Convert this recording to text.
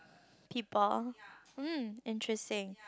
people hmm interesting